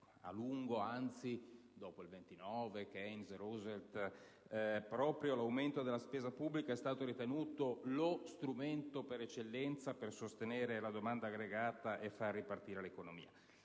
(il periodo di Keynes e e Roosevelt), proprio l'aumento della spesa pubblica è stato ritenuto lo strumento per eccellenza per sostenere la domanda aggregata e far ripartire l'economia.